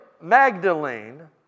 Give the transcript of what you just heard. Magdalene